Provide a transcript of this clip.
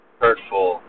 hurtful